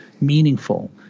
meaningful